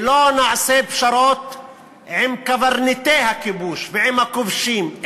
לא נעשה פשרות עם קברניטי הכיבוש ועם הכובשים,